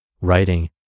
Writing